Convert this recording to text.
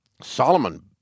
Solomon